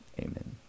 amen